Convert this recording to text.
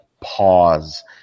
pause